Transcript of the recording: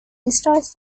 destroys